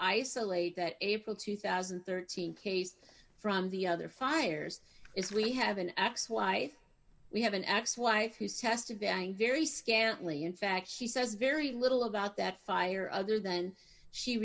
isolate that april two thousand and thirteen case from the other fires is we have an ex wife we have an ex wife who's testifying very scantly in fact she says very little about that fire other than she